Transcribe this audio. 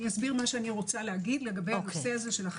אסביר מה שאני רוצה להגיד לגבי החיסון.